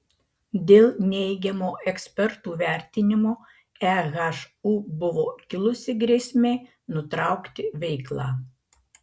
dėl neigiamo ekspertų vertinimo ehu buvo kilusi grėsmė nutraukti veiklą